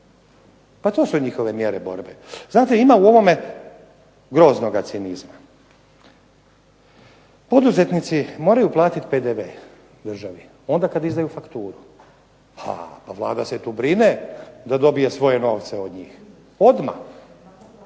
Pa to su njihove mjere borbe. Znate ima u ovome groznoga cinizma. Poduzetnici moraju platiti PDV državi onda kad izdaju fakturu, a Vlada se tu brine da dobije svoje novce od njih odmah,